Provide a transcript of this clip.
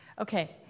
Okay